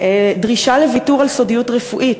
דרישה לוויתור על סודיות רפואית,